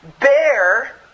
bear